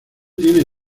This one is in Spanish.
tiene